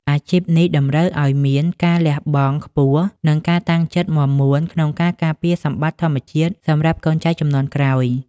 អាជីពនេះតម្រូវឱ្យមានការលះបង់ខ្ពស់ និងការតាំងចិត្តមាំមួនក្នុងការការពារសម្បត្តិធម្មជាតិសម្រាប់កូនចៅជំនាន់ក្រោយ។